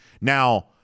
Now